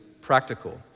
practical